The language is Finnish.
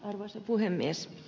arvoisa puhemies